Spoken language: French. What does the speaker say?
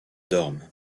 dorment